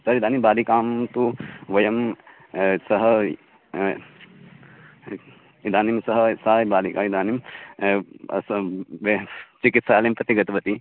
sir इदानीं बालिकां तु वयं सः इदानीं सः सा एव बालिका इदानीं अत्र चिकित्सालयं प्रति गतवति